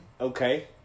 Okay